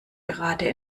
gerade